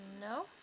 no